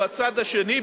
או הצד השני,